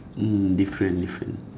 mm different different